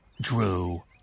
drew